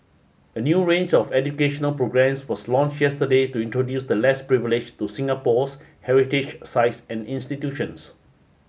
a new range of educational programmes was launched yesterday to introduce the less privileged to Singapore's heritage sites and institutions